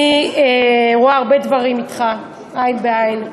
אני רואה הרבה דברים אתך עין בעין,